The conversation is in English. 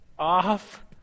off